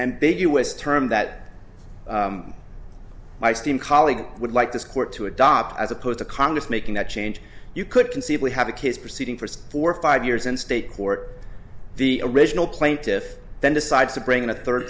ambiguous term that my steam colleague would like this court to adopt as opposed to congress making that change you could conceivably have a case proceeding for four or five years in state court the original plaintiff then decides to bring in a third